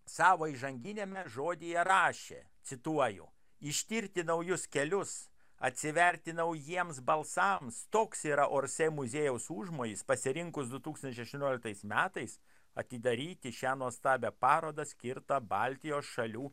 savo įžanginiame žodyje rašė cituoju ištirti naujus kelius atsiverti naujiems balsams toks yra orsė muziejaus užmojis pasirinkus du tūkstančiai aštuonioliktais metais atidaryti šią nuostabią parodą skirtą baltijos šalių